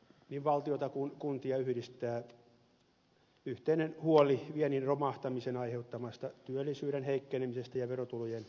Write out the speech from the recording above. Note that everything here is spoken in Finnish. niin valtiota kuin kuntia yhdistää yhteinen huoli viennin romahtamisen aiheuttamasta työllisyyden heikkenemisestä ja verotulojen alenemisesta